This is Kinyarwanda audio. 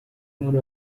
muri